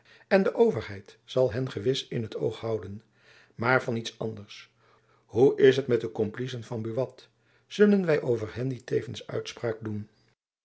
en de overheid zal hen gewis in t oog houden maar van iets anders hoe is het met de komplicen van buat zullen wy over hen niet tevens uitspraak doen